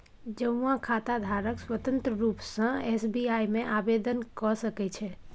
जौंआँ खाताधारक स्वतंत्र रुप सँ एस.बी.आइ मे आवेदन क सकै छै